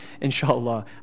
inshallah